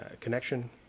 connection